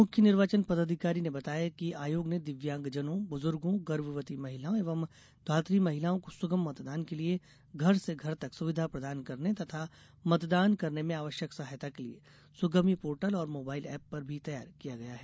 मुख्य निर्वाचन पदाधिकारी ने बताया है कि आयोग ने दिव्यांगजनों बुजुर्गो गर्भवती महिलाओं एवं धात्री महिलाओं को सुगम मतदान के लिये घर से घर तक सुविधा प्रदान करने तथा मतदान करने में आवश्यक सहायता के लिये सुगम्य पोर्टल और मोबाईल एप भी तैयार किया गया है